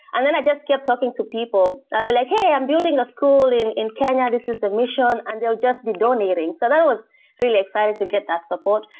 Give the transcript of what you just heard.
and then i just kept talking to people. i'll ah be like, hey, i'm building a school in in kenya. this is the mission, and they'll just be donating. so that was really exciting to get that support.